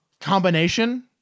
combination